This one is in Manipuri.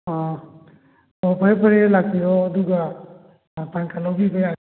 ꯑꯥ ꯑꯣ ꯐꯔꯦ ꯐꯔꯦ ꯂꯥꯛꯄꯤꯔꯣ ꯑꯗꯨꯒ ꯄꯥꯟ ꯀꯥꯔꯠ ꯂꯧꯕꯤꯕ